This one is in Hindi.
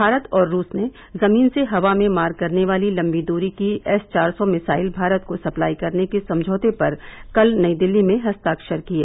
भारत और रूस ने जमीन से हवा में मार करने वाली लम्बी दूरी की एस चार सौ मिसाइल भारत को सप्लाई करने के समझौते पर कल नई दिल्ली में हस्ताक्षर किए